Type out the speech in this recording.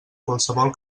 qualsevol